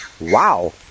Wow